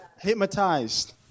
Hypnotized